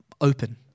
open